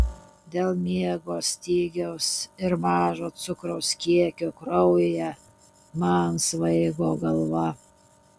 dėl miego stygiaus ir mažo cukraus kiekio kraujyje man svaigo galva